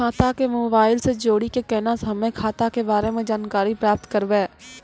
खाता के मोबाइल से जोड़ी के केना हम्मय खाता के बारे मे जानकारी प्राप्त करबे?